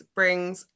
brings